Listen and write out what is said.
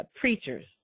preachers